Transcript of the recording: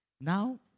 Now